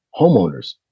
homeowners